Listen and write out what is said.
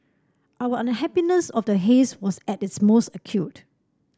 our unhappiness of the haze was at its most acute